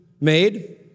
made